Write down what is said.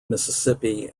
mississippi